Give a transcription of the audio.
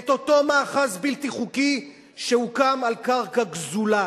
את אותו מאחז בלתי חוקי שהוקם על קרקע גזולה.